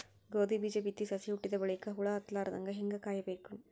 ಗೋಧಿ ಬೀಜ ಬಿತ್ತಿ ಸಸಿ ಹುಟ್ಟಿದ ಬಲಿಕ ಹುಳ ಹತ್ತಲಾರದಂಗ ಹೇಂಗ ಕಾಯಬೇಕು?